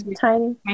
Tiny